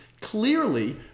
clearly